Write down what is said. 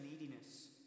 neediness